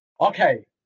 Okay